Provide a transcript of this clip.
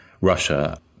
Russia